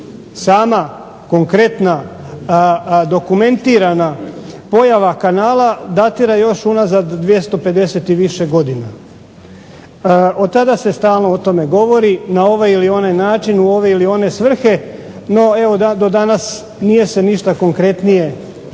sama konkretna dokumentirana pojava kanala datira još unazad 250 i više godina. Od tada se stalno o tome govori na ovaj ili onaj način, u ove ili one svrhe. No, evo do danas nije se ništa konkretnije po